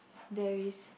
there is